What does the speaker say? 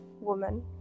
woman